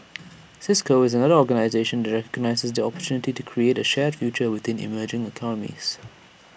cisco is another organisation that recognises the opportunity to create A shared future within emerging economies